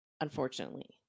Unfortunately